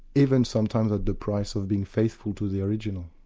even sometimes at the price of being faithful to the original.